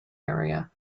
area